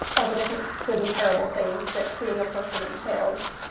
all the different good and terrible things that being a person entails,